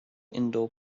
indoor